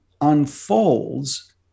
unfolds